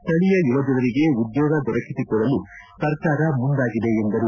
ಸ್ಥಳೀಯ ಯುವಜನರಿಗೆ ಉದ್ಲೋಗ ದೊರಕಿಸಿ ಕೊಡಲು ಸರ್ಕಾರ ಮುಂದಾಗಿದೆ ಎಂದರು